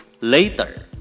later